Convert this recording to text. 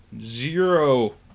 zero